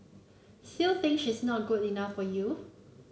still think she's not good enough for you